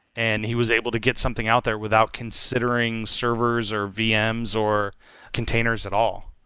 and he was able to get something out there without considering servers, or vms, or containers at all.